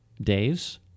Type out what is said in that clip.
days